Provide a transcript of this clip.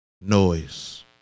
noise